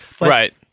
Right